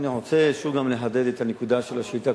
אני רוצה שוב פעם לחדד את הנקודה של השאילתא